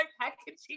packaging